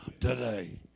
today